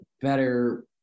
better